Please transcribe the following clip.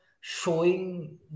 showing